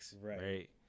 right